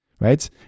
Right